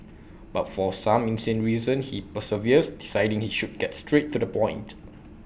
but for some insane reason he perseveres deciding he should get straight to the point